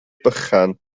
bychan